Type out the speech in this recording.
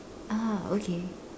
ah okay